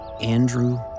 Andrew